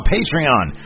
Patreon